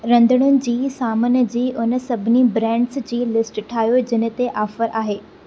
रधिणे जी सामान जी उन सभिनी ब्रांडस जी लिस्टु ठाहियो जिन ते ऑफ़र आहे